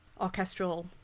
orchestral